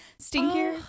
Stinkier